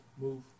Move